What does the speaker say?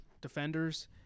defenders